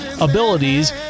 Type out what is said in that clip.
abilities